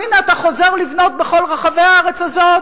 שהנה אתה חוזר לבנות בכל רחבי הארץ הזאת?